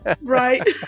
Right